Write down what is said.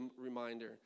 reminder